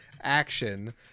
action